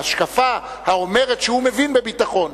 ההשקפה האומרת שהוא מבין בביטחון,